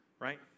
right